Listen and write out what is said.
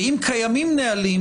ואם קיימים נהלים,